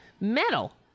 metal